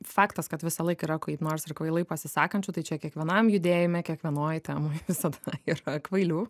faktas kad visąlaik yra kaip nors ir kvailai pasisakančių tai čia kiekvienam judėjime kiekvienoj temoj visada yra kvailių